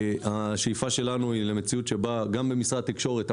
השאיפה שלנו היא למציאות בה גם במשרד התקשורת אתה